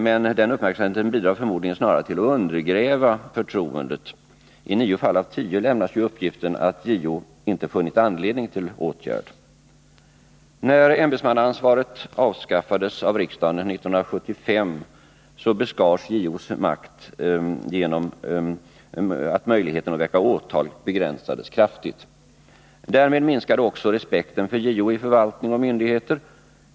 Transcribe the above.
Men den uppmärksamheten bidrar förmodligen snarare till att undergräva förtroendet: i nio fall av tio lämnas ju uppgiften att JO inte funnit anledning till åtgärd. När ämbetsmannaansvaret avskaffades av riksdagen 1975 beskars JO:s makt genom att möjligheten att väcka åtal begränsades kraftigt. Därmed minskade också respekten för JO i förvaltning och myndigheter.